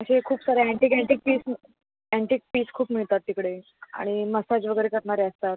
असे खूप सारे antique antique piece antique piece खूप मिळतात तिकडे आणि मसाज वगैरे करणारे असतात